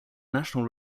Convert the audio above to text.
national